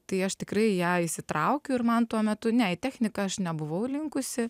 tai aš tikrai į ją įsitraukiu ir man tuo metu ne į techniką aš nebuvau linkusi